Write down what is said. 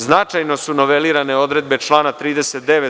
Značajno su novelirane odredbe člana 39.